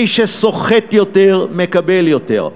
מי שסוחט יותר, מקבל יותר.